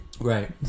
Right